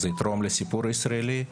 זה יתרום לסיפור הישראלי.